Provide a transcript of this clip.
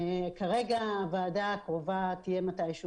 כרגע הוועדה הקרובה סביר להניח תהיה מתי שהוא